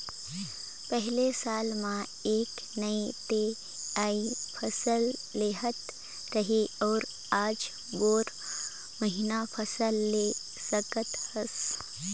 पहिले साल म एक नइ ते इ फसल लेहत रहें अउ आज बारो महिना फसल ले सकत हस